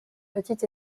petit